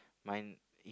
mine